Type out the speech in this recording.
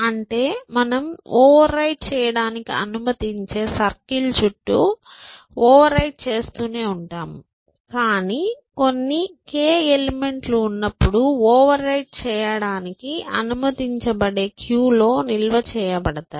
అంటే మనం ఓవర్రైట్ చేయడానికి అనుమతించే సర్కిల్ చుట్టూ ఓవర్రైట్ చేస్తూనే ఉంటాము కాని కొన్ని k ఎలిమెంట్లు ఎల్లప్పుడూ ఓవర్రైట్ చేయడానికి అనుమతించబడే క్యూలో నిల్వ చేయబడతాయి